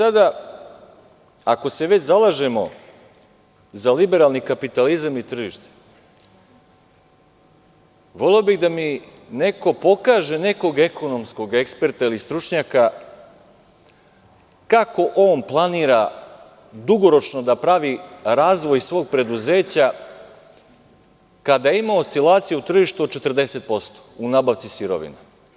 Ako se već zalažemo za liberalni kapitalizam i tržište, voleo bih da mi neko pokaže nekog ekonomskog eksperta ili stručnjaka kako on planira dugoročno da pravi razvoj svog preduzeća kada ima oscilaciju u tržištu od 40% u nabavci sirovine.